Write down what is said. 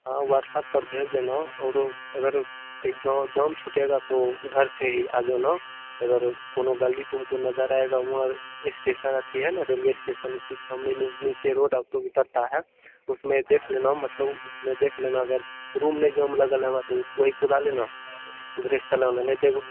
हाँ व्हाटसअप पर भेज देना औरो अगर कहीं जा जाम छूटेगा तो उधर से ही आ जाना अगर कोनो गली तुमको नजर आएगा वहाँ र स्टेसन अथी है न रेलवे स्टेसन उसी के सामने नि नीचे रोड अब तुम उतरता है उसमें देख लेना मतलव उसमें देख लेना अगर शुरू में नहीं जाम लगल होगा तो उस वहीं कूदा लेना उधरे से चल आना नहीं तो एगो